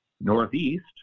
Northeast